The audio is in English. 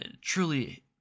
truly